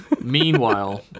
Meanwhile